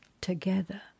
together